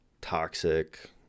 toxic